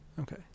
Okay